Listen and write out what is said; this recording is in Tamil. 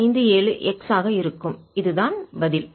57 எக்ஸ் ஆக இருக்கும் இதுதான் பதில்